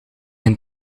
een